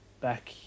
back